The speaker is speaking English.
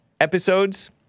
episodes